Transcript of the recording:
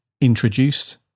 introduced